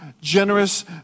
generous